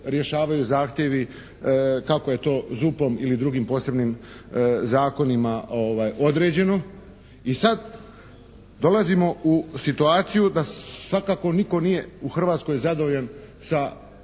zahtjevi kako je to ZUP-om ili drugim posebnim zakonima određeno. I sad dolazimo u situaciju da svakako nitko nije u Hrvatskoj zadovoljan sa